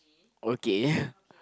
okay